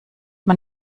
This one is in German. man